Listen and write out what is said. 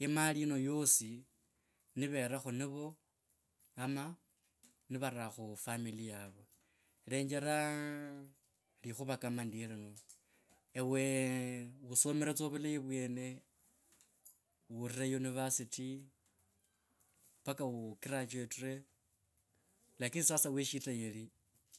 e mali yino yosi nivera khu nivo ama nivara khu famiy yavo. Lenjera likhuva kama ndye lino, ewe usomire tsa vulayi vwene, wure mpaka ugraduati lakini sasa weshinta yeri.